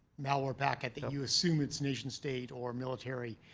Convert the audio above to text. malware packet, that you assume it's nation state or military.